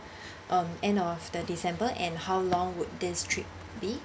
um end of the december and how long would this trip be